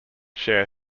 share